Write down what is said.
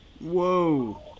Whoa